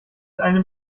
einem